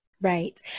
Right